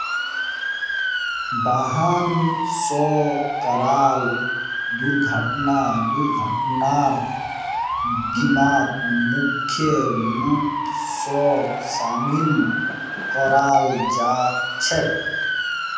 वाहन स कराल दुर्घटना दुर्घटनार बीमात मुख्य रूप स शामिल कराल जा छेक